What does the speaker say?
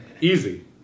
easy